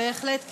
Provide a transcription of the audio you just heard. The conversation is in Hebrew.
בהחלט כן.